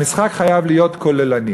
המשחק חייב להיות כוללני.